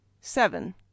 seven